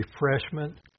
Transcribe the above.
refreshment